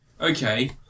okay